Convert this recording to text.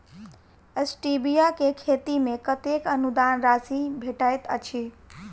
Stevia केँ खेती मे कतेक अनुदान राशि भेटैत अछि?